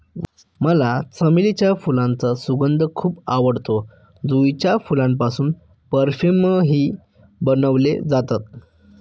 मला चमेलीच्या फुलांचा सुगंध खूप आवडतो, जुईच्या फुलांपासून परफ्यूमही बनवले जातात